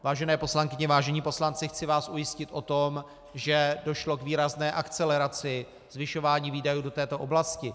Vážené poslankyně, vážení poslanci, chci vás ujistit o tom, že došlo k výrazné akceleraci zvyšování výdajů do této oblasti.